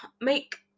make